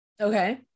okay